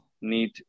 need